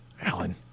Alan